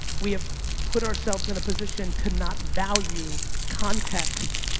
we have put ourselves in a position to not value context